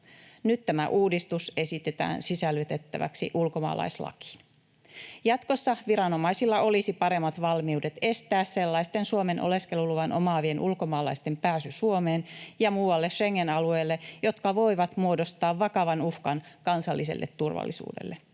Nyt tämä uudistus esitetään sisällytettäväksi ulkomaalaislakiin. Jatkossa viranomaisilla olisi paremmat valmiudet estää sellaisten Suomen oleskeluluvan omaavien ulkomaalaisten pääsy Suomeen ja muualle Schengen-alueelle, jotka voivat muodostaa vakavan uhkan kansalliselle turvallisuudelle.